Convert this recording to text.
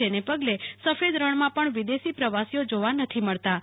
જેને પગલે સફેદ રણમાં પણ વિદેશી પ્રવાશીઓ જોવા મળતા નથી